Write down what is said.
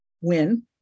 win